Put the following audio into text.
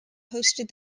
hosted